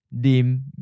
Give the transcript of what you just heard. Dim